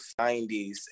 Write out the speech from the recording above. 90s